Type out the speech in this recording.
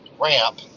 ramp